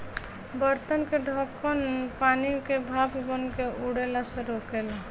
बर्तन के ढकन पानी के भाप बनके उड़ला से रोकेला